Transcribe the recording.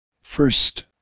First